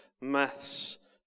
maths